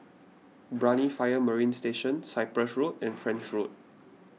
Brani Marine Fire Station Cyprus Road and French Road